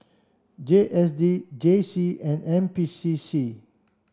J S D J C and N P C C